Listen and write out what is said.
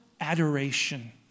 adoration